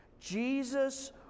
Jesus